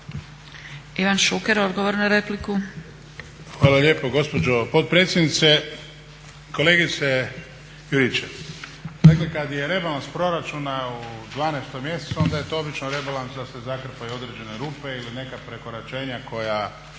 **Šuker, Ivan (HDZ)** Hvala lijepo gospođo potpredsjednice. Kolegice Juričev, dakle kada je rebalans proračuna u 12. mjesecu onda je to obično rebalans da se zakrpaju određene rupe ili neka prekoračenja koja